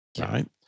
right